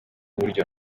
buryo